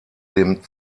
dem